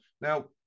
Now